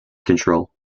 control